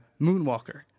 Moonwalker